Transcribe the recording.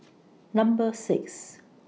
Number six